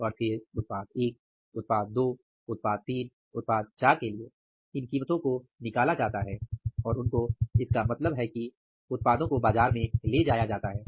और फिर उत्पाद 1 उत्पाद 2 उत्पाद 3 उत्पाद 4 के लिए इन कीमतों को निकाला जाता है और उनको इसका मतलब है कि उत्पादों को बाजार में ले जाया जाता है